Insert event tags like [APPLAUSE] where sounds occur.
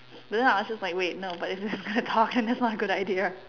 don't know I was just like wait no but if we're [LAUGHS] gonna talk then that's not a good idea